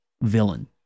villain